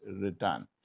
return